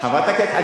חברת הכנסת,